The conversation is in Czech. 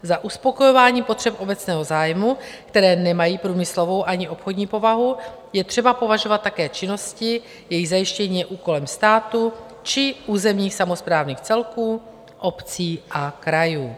Za uspokojování potřeb obecného zájmu, které nemají průmyslovou ani obchodní povahu, je třeba považovat také činnosti, jejichž zajištění je úkolem státu či územních samosprávních celků, obcí a krajů.